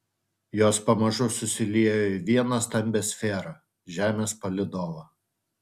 jos pamažu susiliejo į vieną stambią sferą žemės palydovą